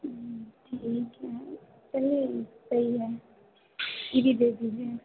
ठीक है सही सही है ई भी दे दीजिए